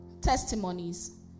Testimonies